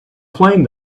flame